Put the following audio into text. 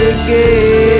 again